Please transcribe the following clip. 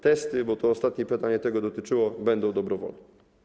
Testy, bo to ostatnie pytanie tego dotyczyło, będą dobrowolne.